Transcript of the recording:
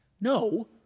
No